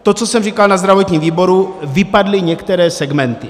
To, co jsem říkal na zdravotním výboru, vypadly některé segmenty.